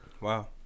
wow